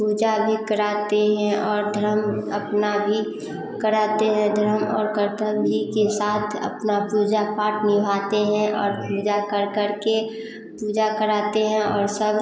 पूजा भी कराते हें और धर्म अपना भी कराते हैं धर्म और कर्तव्य ही के साथ अपना पूजा पाठ निभाते हैं और पूजा कर कर के पूजा कराते हैं और सब